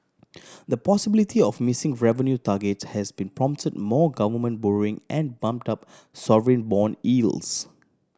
the possibility of missing revenue targets has been prompt more government borrowing and bumped up sovereign bond yields